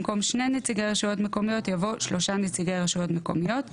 במקום "שני נציגי רשויות מקומיות" יבוא "שלושה נציגי רשויות מקומיות".